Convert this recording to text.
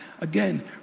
Again